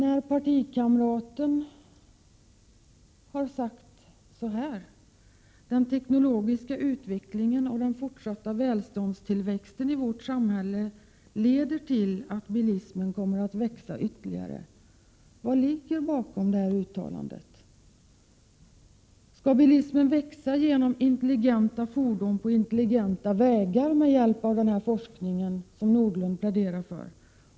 En partikamrat till Sven-Olof Nordlund har sagt att den teknologiska utvecklingen och den fortsatta välståndstillväxten i vårt samhälle leder till att bilismen kommer att växa ytterligare. Vad ligger bakom detta uttalande? Skall bilismen växa genom ”intelligenta fordon på intelligenta vägar” med hjälp av den forskning som Sven-Olof Nordlund pläderar för?